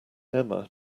emma